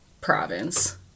province